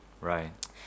Right